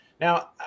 Now